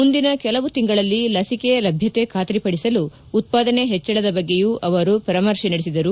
ಮುಂದಿನ ಕೆಲವು ತಿಂಗಳಲ್ಲಿ ಲಸಿಕೆ ಲಭ್ಞತೆ ಖಾತರಿಪಡಿಸಲು ಉತ್ಪಾದನೆ ಹೆಚ್ಚಳದ ಬಗ್ಗೆಯೂ ಅವರು ಪರಾಮರ್ಶೆ ನಡೆಸಿದರು